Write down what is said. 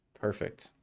Perfect